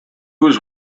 was